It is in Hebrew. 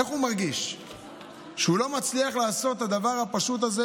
איך הוא מרגיש כשהוא לא מצליח לעשות את הדבר הפשוט הזה,